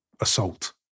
assault